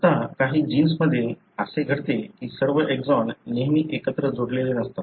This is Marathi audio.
आता काही जिन्समध्ये असे घडते की सर्व एक्सॉन नेहमी एकत्र जोडलेले नसतात